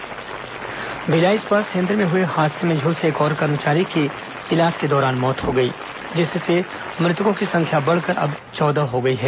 BSP हादसा भिलाई इस्पात संयंत्र में हुए हादसे में झुलसे एक और कर्मचारी की इलाज के दौरान मौत हो गई जिससे मृतकों की संख्या बढ़कर अब चौदह हो गई है